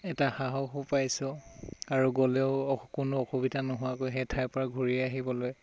এটা সাহসো পাইছোঁ আৰু গ'লেও কোনো অসুবিধা নোহোৱাকৈ সেই ঠাইৰ পৰা ঘূৰি আহিবলৈ